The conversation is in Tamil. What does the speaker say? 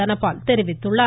தனபால் தெரிவித்துள்ளார்